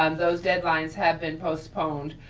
um those deadlines have been postponed,